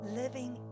living